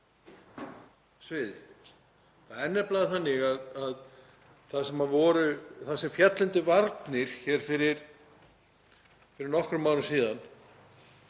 sviði. Það er nefnilega þannig að það sem féll undir varnir fyrir nokkrum árum síðan